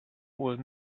will